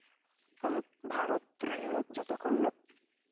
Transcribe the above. ᱟᱵᱚ ᱵᱷᱟᱨᱚᱛ ᱨᱮ ᱡᱷᱚᱛᱚ ᱠᱷᱚᱱ